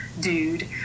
dude